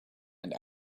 and